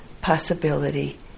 possibility